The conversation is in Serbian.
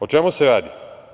O čemu se radi?